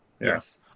Yes